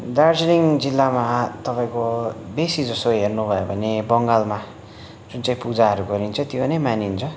दार्जिलिङ जिल्लामा तपाईँको बेसी जस्तो हेर्नु भयो भने बङ्गालमा जुन चाहिँ पूजाहरू गरिन्छ त्यो नै मानिन्छ